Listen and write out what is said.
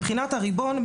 מבחינת הריבון,